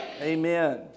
Amen